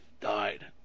died